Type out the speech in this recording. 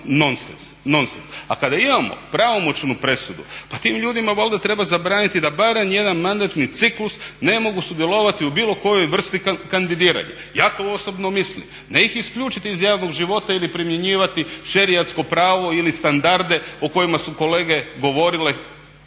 nonsens. A kada imamo pravomoćnu presudu, pa tim ljudima valjda treba zabraniti da barem jedan mandatni ciklus ne mogu sudjelovati u bilo kojoj vrsti kandidiranja. Ja to osobno mislim. Ne ih isključiti iz javnog života ili primjenjivati šerijatsko pravo ili standarde o kojima su kolege govorile,